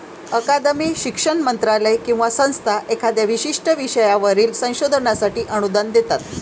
अकादमी, शिक्षण मंत्रालय किंवा संस्था एखाद्या विशिष्ट विषयावरील संशोधनासाठी अनुदान देतात